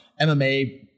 MMA